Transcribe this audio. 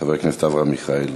חבר הכנסת אברהם מיכאלי.